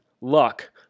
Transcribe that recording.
Luck